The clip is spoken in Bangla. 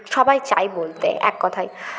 সবাই চায় বলতে এক কথায়